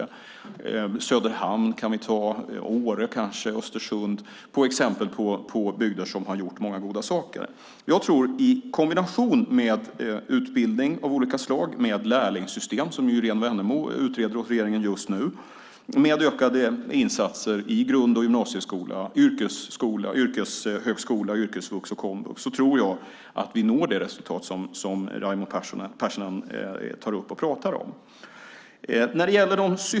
Vi kan ta Söderhamn och kanske Åre och Östersund som exempel på bygder som har gjort många goda saker. Jag tror att med en kombination av utbildning av olika slag, med lärlingssystem som ju Irene Wennemo utreder åt regeringen just nu, med ökade insatser i grund och gymnasieskola, yrkeshögskola, yrkesvux och komvux så når vi det resultat som Raimo Pärssinen tar upp och pratar om.